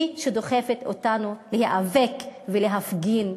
הם שדוחפים אותנו להיאבק ולהפגין.